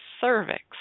cervix